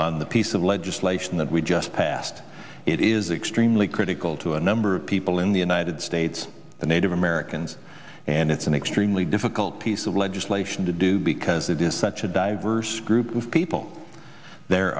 on the piece of legislation that we just passed it is extremely critical to a number of people in the united states the native americans and it's an extremely difficult piece of legislation to do because it is such a diverse group of people there